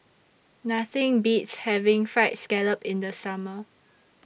Nothing Beats having Fried Scallop in The Summer